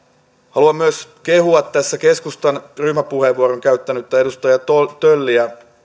haluan myös kehua tässä keskustan ryhmäpuheenvuoron käyttänyttä edustaja tölliä